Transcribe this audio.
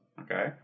Okay